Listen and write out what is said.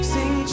Sing